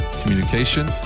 communication